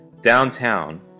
Downtown